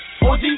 OG